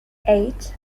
eight